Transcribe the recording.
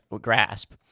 grasp